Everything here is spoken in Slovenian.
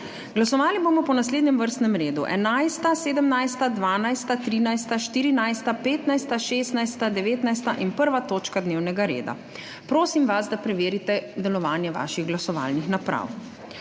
Glasovali bomo po naslednjem vrstnem redu: 11., 17., 12., 13., 14., 15., 16., 19. in 1. točka dnevnega reda. Prosim vas, da preverite delovanje svojih glasovalnih naprav.